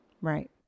Right